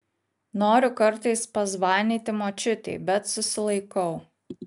noriu kartais pazvanyti močiutei bet susilaikau